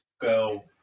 go